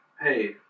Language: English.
Hey